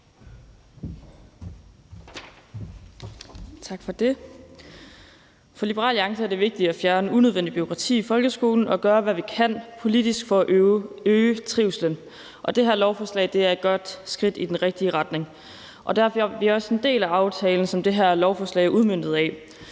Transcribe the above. For Liberal Alliance er det vigtigt at fjerne unødvendigt bureaukrati i folkeskolen og gøre, hvad vi kan politisk for at øge trivslen, og det her lovforslag er et godt skridt i den rigtige retning. Derfor er vi også en del af aftalen, som det her lovforslag er udmøntet af.